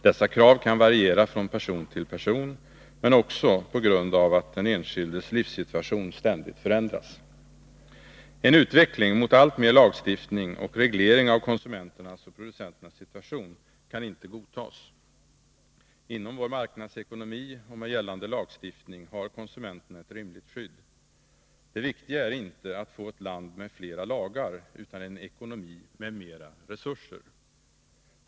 Dessa krav kan variera från person till person, men också på grund av att den enskildes livssituation ständigt förändras. En utveckling mot alltmer lagstiftning och reglering av konsumenternas och producenternas situation kan inte godtas. Inom vår marknadsekonomi och med gällande lagstiftning har konsumenterna ett rimligt skydd. Det viktiga är inte att få ett land med flera lagar utan en ekonomi med mera resurser.